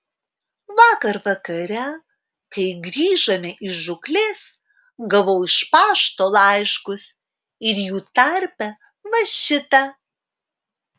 vakar vakare kai grįžome iš žūklės gavau iš pašto laiškus ir jų tarpe va šitą